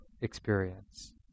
experience